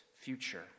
future